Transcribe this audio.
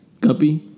Guppy